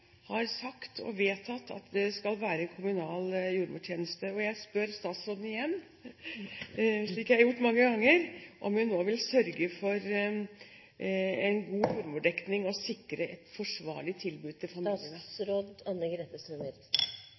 har sagt og vedtatt at det skal være kommunal jordmortjeneste. Jeg spør statsråden igjen, slik jeg har gjort mange ganger, om hun nå vil sørge for en god jordmordekning og sikre et forsvarlig tilbud til